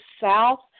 south